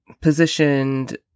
positioned